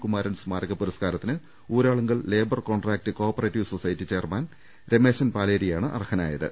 കുമാരൻ സ്മാരക പുരസ്കാരത്തിന് Uralungal labour contract cooperative society chairman Rameshan പാലേരിയാണ് അർഹ നായത്